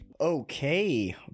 okay